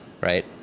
right